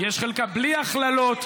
בלי הכללות,